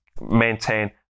maintain